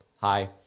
Hi